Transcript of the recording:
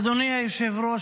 אדוני היושב-ראש,